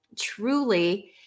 truly